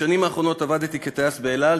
בשנים האחרונות עבדתי כטייס ב"אל על",